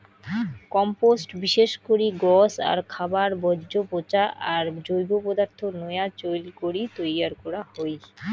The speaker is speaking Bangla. কম্পোস্ট বিশেষ করি গছ আর খাবার বর্জ্য পচা আর জৈব পদার্থ নয়া চইল করি তৈয়ার করা হই